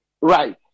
Right